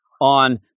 on